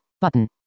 button